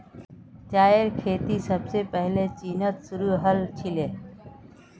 चायेर खेती सबसे पहले चीनत शुरू हल छीले